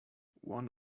one